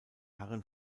herren